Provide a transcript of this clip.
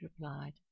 replied